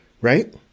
right